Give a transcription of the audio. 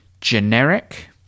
generic